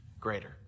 greater